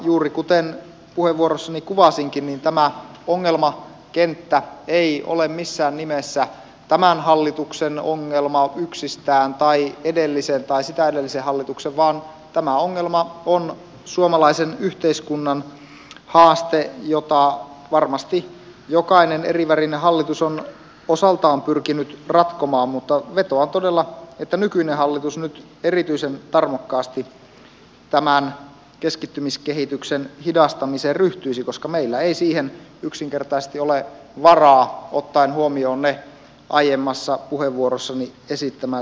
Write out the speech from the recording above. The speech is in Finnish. juuri kuten puheenvuorossani kuvasinkin tämä ongelmakenttä ei ole missään nimessä tämän hallituksen ongelma yksistään tai edellisen tai sitä edellisen hallituksen vaan tämä ongelma on suomalaisen yhteiskunnan haaste jota varmasti jokainen erivärinen hallitus on osaltaan pyrkinyt ratkomaan mutta vetoan todella että nykyinen hallitus nyt erityisen tarmokkaasti tämän keskittymiskehityksen hidastamiseen ryhtyisi koska meillä ei siihen yksinkertaisesti ole varaa ottaen huomioon ne aiemmassa puheenvuorossani esittämäni argumentit